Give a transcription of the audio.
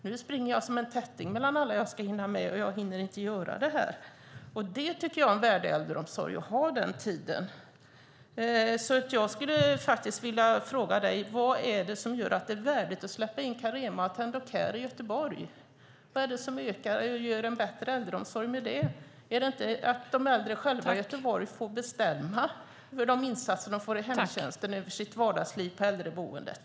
Nu springer jag som en tätting mellan alla som jag ska hinna med, och jag hinner inte göra detta! Jag tycker att det är en värdig äldreomsorg att man har denna tid. Jag skulle vilja fråga dig: Vad är det som gör att det är värdigt att släppa in Carema och Attendo Care i Göteborg? Vad är det som gör att det blir en bättre äldreomsorg i och med det? Ska inte de äldre själva i Göteborg få bestämma över de insatser de får i hemtjänsten i sitt vardagsliv och på äldreboendet?